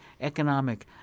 economic